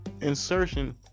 insertion